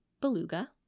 beluga